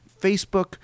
Facebook